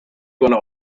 bona